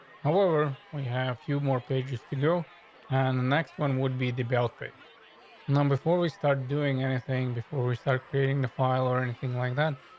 however, we have a few more pages to go and the next one would be developing. now, before we start doing anything before we start creating the file or anything like that,